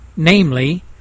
Namely